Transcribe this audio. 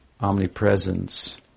omnipresence